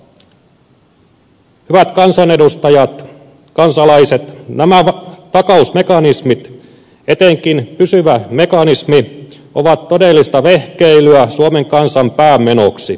hyvät kansanedustajat kansalaiset nämä takausmekanismit etenkin pysyvä mekanismi ovat todellista vehkeilyä suomen kansan pään menoksi